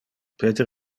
peter